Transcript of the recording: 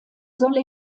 solle